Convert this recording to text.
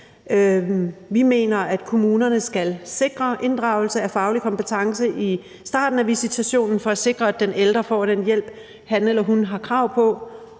Vi mener, at kommunerne skal sikre inddragelse af faglig kompetence i starten af visitationen for at sikre, at den ældre får den hjælp, han eller hun har krav på,